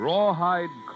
Rawhide